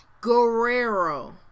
Guerrero